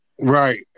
Right